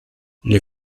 les